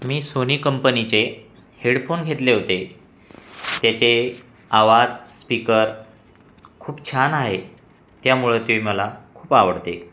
मी Sony कंपनीचे headphone घेतले होते त्याचे आवाज स्पीकर खूप छान आहे त्यामुळं ते मला खूप आवडते